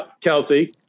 Kelsey